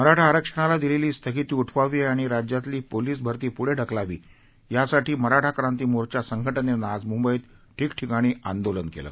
मराठा आरक्षणाला दिलेली स्थगिती उठवावी आणि राज्यातली पोलीस भरती पुढे ढकलावी यासाठी मराठा क्रांती मोर्घा संघटनेनं आज मुंबईत ठिकठिकाणी आंदोलन केलं